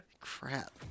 Crap